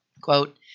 quote